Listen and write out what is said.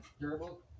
durable